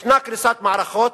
יש קריסת מערכות.